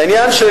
העניין של